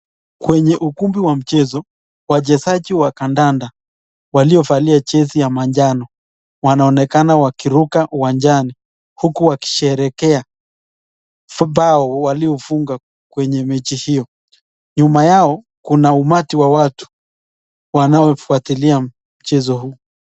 Kwenye ukumbi wa mchezo, wachezaji wa kandanda waliovalia jezi ya manjano, wanaonekana wakiruka uwanjani huku wakisheherekea bao waliofunga kwenye mechi hiyo. Nyuma yao kuna umati wa watu wanaofwatilia mchezo huu.